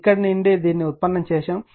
ఇక్కడ నుండి దీనిని ఉత్పన్నం చేద్దాం